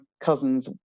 cousins